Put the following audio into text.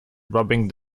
rubbing